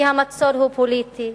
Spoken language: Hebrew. כי המצור הוא פוליטי,